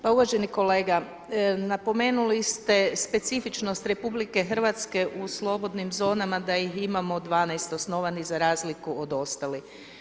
Pa uvaženi kolega, napomenuli ste specifičnost RH u slobodnim zonama da ih imamo 12 osnovanih za razliku od ostalih.